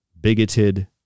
bigoted